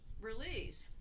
release